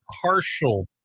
Partial